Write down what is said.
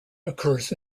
occurs